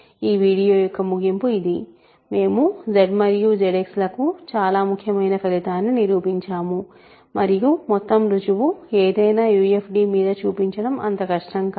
ఈ వీడియో యొక్క ముగింపు ఇది మేము Z మరియు ZX లకు చాలా ముఖ్యమైన ఫలితాన్ని నిరూపించాము మరియు మొత్తం రుజువు ఏదైనా UFD మీద చూపించడం అంత కష్టం కాదు